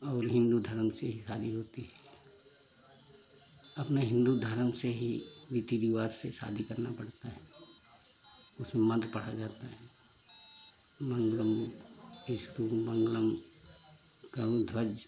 और हिंदू धर्म से ही शादी होती है अपने हिंदू धर्म से ही रीति रिवाज से शादी करना पड़ता है उसमें मंत्र पढ़ा जाता है मंगलम ईश्वर मंगलम कम ध्वज